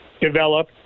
develop